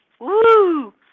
Woo